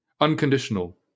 Unconditional